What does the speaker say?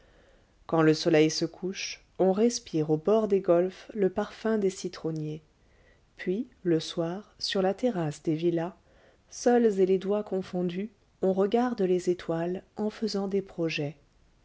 quand le soleil se couche on respire au bord des golfes le parfum des citronniers puis le soir sur la terrasse des villas seuls et les doigts confondus on regarde les étoiles en faisant des projets